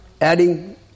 adding